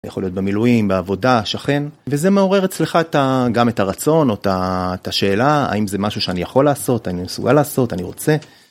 יכול להיות במילואים, בעבודה, שכן, וזה מעורר אצלך גם את הרצון או את השאלה האם זה משהו שאני יכול לעשות, אני מסוגל לעשות, אני רוצה.